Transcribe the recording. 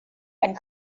and